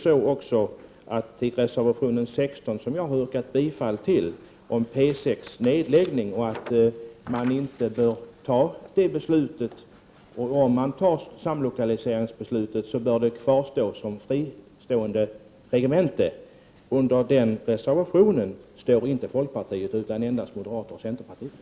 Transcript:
I reservation 16, som jag har yrkat bifall till, föreslås att beslut om nedläggning av P6 inte skall fattas, och om ett samlokaliseringsbeslut fattas bör P6 kvarstå som fristående regemente. Bakom den reservationen står inte folkpartiet, utan endast moderaterna och centerpartiet.